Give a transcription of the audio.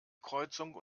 kreuzung